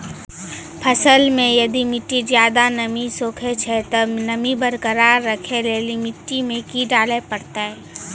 फसल मे यदि मिट्टी ज्यादा नमी सोखे छै ते नमी बरकरार रखे लेली मिट्टी मे की डाले परतै?